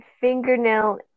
fingernail